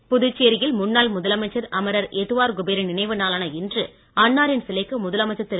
குபேர் புதுச்சேரியில் முன்னாள் முதலமைச்சர் அமரர் எதுவார் குபேரின் நினைவுநாளான இன்று அன்னாரின் சிலைக்கு முதலமைச்சர் திரு